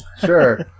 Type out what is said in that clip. Sure